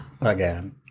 Again